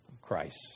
Christ